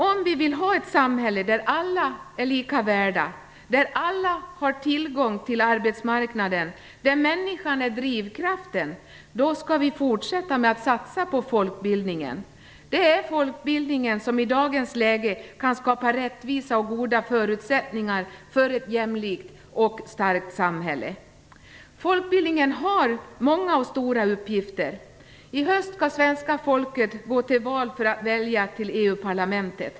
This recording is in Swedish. Om vi vill ha ett samhälle där alla är lika mycket värda, där alla har tillgång till arbetsmarknaden, där människan är drivkraften, skall vi fortsätta att satsa på folkbildningen. Det är folkbildningen som i dagens läge kan skapa rättvisa och goda förutsättningar för ett jämlikt och starkt samhälle. Folkbildningen har många och stora uppgifter. I höst skall svenska folket gå till val för att välja representanter till EU-parlamentet.